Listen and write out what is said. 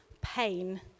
pain